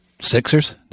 Sixers